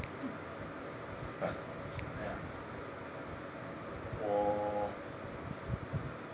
but !aiya! 我